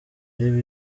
riba